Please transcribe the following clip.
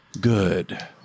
Good